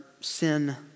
sin